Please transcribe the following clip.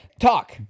Talk